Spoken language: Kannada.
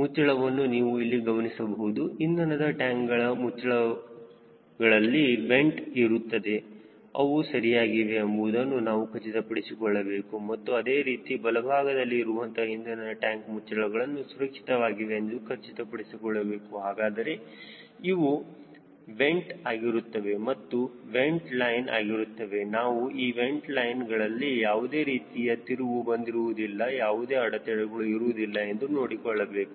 ಮುಚ್ಚಳವನ್ನು ನೀವು ಇಲ್ಲಿ ಗಮನಿಸಬಹುದು ಇಂಧನದ ಟ್ಯಾಂಕ್ಗಳ ಮುಚ್ಚಳಗಳಲ್ಲಿ ವೆಂಟ್ ಇರುತ್ತವೆ ಅವು ಸರಿಯಾಗಿವೆ ಎಂಬುವುದನ್ನು ನಾವು ಖಚಿತಪಡಿಸಿಕೊಳ್ಳಬೇಕು ಮತ್ತು ಅದೇ ರೀತಿ ಬಲಭಾಗದಲ್ಲಿ ಇರುವಂತಹ ಇಂಧನದ ಟ್ಯಾಂಕ್ ಮುಚ್ಚಳಗಳನ್ನು ಸುರಕ್ಷಿತವಾಗಿವೆ ಎಂದು ಖಚಿತಪಡಿಸಿಕೊಳ್ಳಬೇಕು ಹಾಗಾದರೆ ಇವು ವೆಂಟ್ ಆಗಿರುತ್ತವೆ ಇದು ವೆಂಟ್ ಲೈನ್ ಆಗಿರುತ್ತದೆ ನಾವು ಈ ವೆಂಟ್ ಲೈನ್ ಗಳಲ್ಲಿ ಯಾವುದೇ ರೀತಿಯ ತಿರುವು ಬಂದಿರುವುದಿಲ್ಲ ಯಾವುದೇ ಅಡೆತಡೆಗಳು ಇರುವುದಿಲ್ಲ ಎಂದು ನೋಡಿಕೊಳ್ಳಬೇಕು